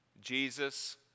Jesus